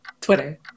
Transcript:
Twitter